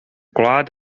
gwlad